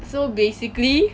so basically